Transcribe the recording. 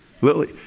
Lily